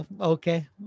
okay